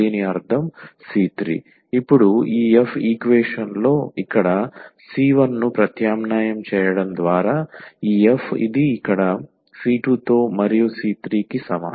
దీని అర్థం c3 ఇప్పుడు ఈ f ఈక్వేషన్ లో ఇక్కడ c 1 ను ప్రత్యామ్నాయం చేయడం ద్వారా ఈ f ఇది ఇక్కడ c2 తో మరియు c3 కు సమానం